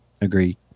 Agreed